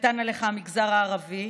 קטן עליך המגזר הערבי,